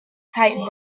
tight